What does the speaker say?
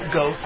go